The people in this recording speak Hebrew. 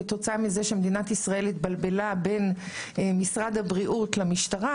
כתוצאה מזה שמדינת ישראל התבלבלה בין משרד הבריאות למשטרה.